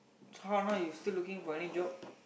so how or not you still looking for any job